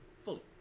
fully